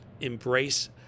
embrace